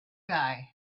guy